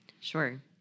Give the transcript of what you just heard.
Sure